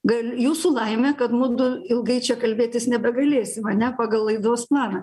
gal jūsų laimė kad mudu ilgai čia kalbėtis nebegalėsim ane pagal laidos planą